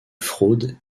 fraud